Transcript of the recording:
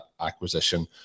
acquisition